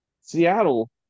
Seattle